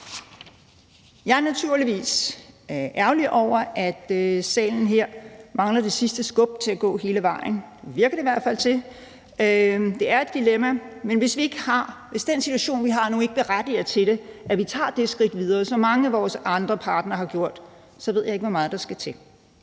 Jeg er naturligvis ærgerlig over, at sagen her mangler det sidste skub til at gå hele vejen – det virker det i hvert fald til. Det er et dilemma, men hvis den situation, vi har nu, ikke berettiger til, at vi tager det skridt videre, som mange andre af vores partnere har gjort, ved jeg ikke, hvor meget der skal til.